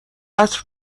عطر